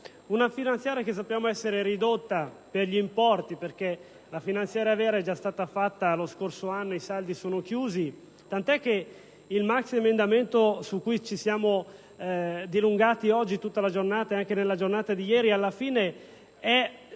una finanziaria che sappiamo essere ridotta negli importi perché la finanziaria vera è già stata fatta lo scorso anno e i saldi sono chiusi, tant'è che il maxiemendamento su cui ci siamo dilungati oggi tutta la giornata e anche nella giornata di ieri alla fine è